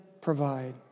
provide